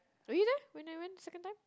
are you there whenever second time